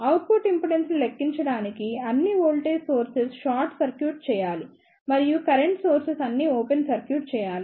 output ఇంపెడెన్స్ను లెక్కించడానికి అన్ని వోల్టేజ్ సోర్సెస్ షార్ట్ సర్క్యూట్ చేయాలి మరియు కరెంట్ సోర్సెస్ అన్ని ఓపెన్ సర్క్యూట్ చేయాలి